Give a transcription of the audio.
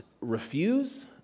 refuse